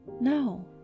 No